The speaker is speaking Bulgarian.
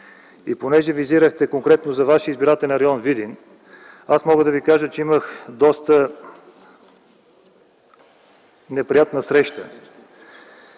И понеже визирахте конкретно за вашия избирателен район Видин, аз мога да Ви кажа, че имах доста неприятна среща